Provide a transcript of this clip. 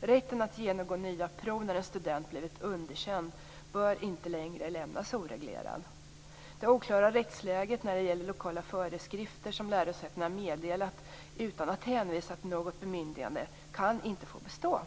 Rätten för en student som blivit underkänd att genomgå nya prov bör inte längre lämnas oreglerad. Det oklara rättsläget i fråga om lokala föreskrifter som lärosäten meddelat utan att hänvisa till något bemyndigande kan inte få bestå.